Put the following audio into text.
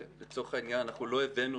לצורך העניין, לא הביאו אותנו